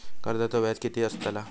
कर्जाचो व्याज कीती असताला?